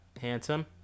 handsome